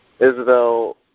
Isabel